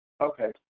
Okay